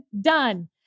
Done